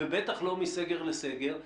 ובטח לא מסגר לסגר,